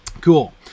cool